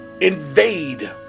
invade